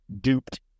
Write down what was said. duped